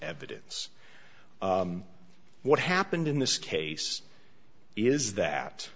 evidence what happened in this case is that